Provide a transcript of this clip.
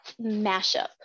mashup